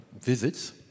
visits